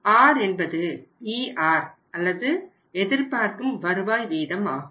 r என்பது Er அல்லது எதிர்பார்க்கும் வருவாய் வீதம் ஆகும்